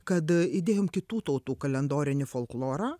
kad idėjom kitų tautų kalendorinį folklorą